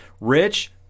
Rich